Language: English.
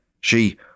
She